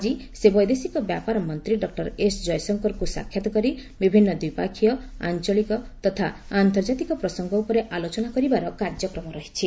ଆଜି ସେ ବୈଦେଶିକ ବ୍ୟାପାର ମନ୍ତ୍ରୀ ଡକ୍କର ଏସ୍ ଜୟଶଙ୍କରଙ୍କୁ ସାକ୍ଷାତ୍ କରି ବିଭିନ୍ନ ଦ୍ୱିପକ୍ଷୀୟ ଆଞ୍ଚଳିକ ତଥା ଆନ୍ତର୍ଜାତୀକ ପ୍ରସଙ୍ଗ ଉପରେ ଆଲୋଚନା କରିବାର କାର୍ଯ୍ୟକ୍ରମ ରହିଛି